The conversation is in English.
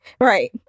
Right